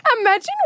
Imagine